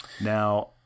Now